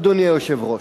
אדוני היושב-ראש,